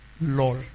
lol